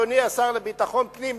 אדוני השר לביטחון פנים,